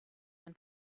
ein